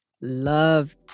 love